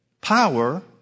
power